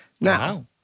Now